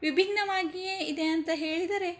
ವಿಭಿನ್ನವಾಗಿಯೇ ಇದೆ ಅಂತ ಹೇಳಿದರೆ